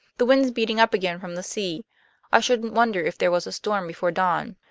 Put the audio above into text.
the wind's beating up again from the sea i shouldn't wonder if there was a storm before dawn.